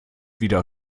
wieder